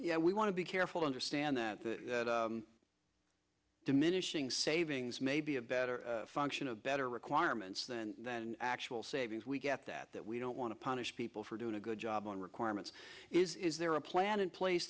yeah we want to be careful to understand that the diminishing savings may be a better function of better requirements then then actual savings we get that that we don't want to punish people for doing a good job on requirements is there a plan in place